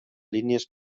línies